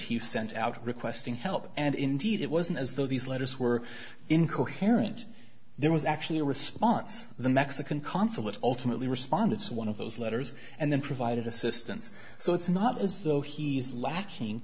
he sent out requesting help and indeed it wasn't as though these letters were incoherent there was actually a response the mexican consulate ultimately respond it's one of those letters and then provided assistance so it's not as though he's lacking